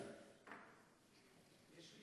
עד מתי?